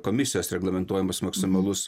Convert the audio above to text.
komisijos reglamentuojamas maksimalus